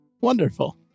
Wonderful